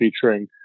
featuring